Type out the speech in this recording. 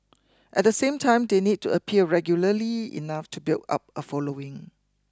at the same time they need to appear regularly enough to build up a following